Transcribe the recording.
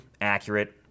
accurate